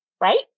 right